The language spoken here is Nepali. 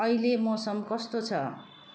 अहिले मौसम कस्तो छ